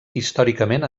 històricament